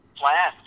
plan